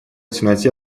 темноте